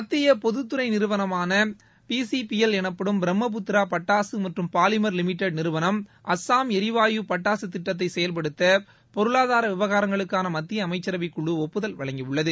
மத்திய பொதுத்துறை நிறுவனமான பி சி பி எல் எனப்படும் பிரம்மபுத்திரா பட்டாசு மற்றும் பாலிமர் லிமிடெட் நிறுவனம் அஸ்ஸாம் எரிவாயு பட்டாசு திட்டத்தை செயல்படுத்த பொருளாதார விவகாரங்களுக்கான மத்திய அமைச்சரவைக்குழு ஒப்புதல் வழங்கியுள்ளது